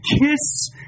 Kiss